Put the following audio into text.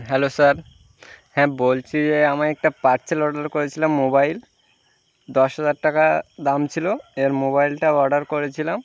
hello sir হ্যাঁ বলছি আমি একটা পার্সেল অর্ডার করেছিলাম মোবাইল দশ হাজার টাকা দাম ছিলো এর মোবাইলটা অর্ডার করেছিলাম